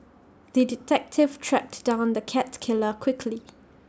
the detective tracked down the cat killer quickly